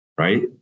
Right